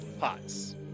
pots